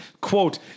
Quote